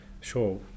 Sure